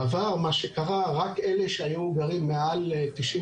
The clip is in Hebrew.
בעבר מה שקרה זה שרק אלה שהיו גרים מעל 95